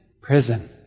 prison